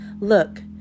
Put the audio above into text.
Look